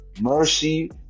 Mercy